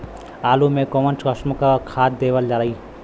आलू मे कऊन कसमक खाद देवल जाई?